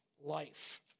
life